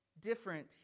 different